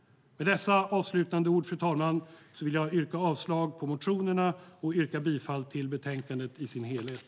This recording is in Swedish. Med dessa avslutande ord, fru talman, vill jag yrka avslag på motionerna och bifall till förslaget i betänkandet i sin helhet.